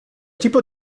tipo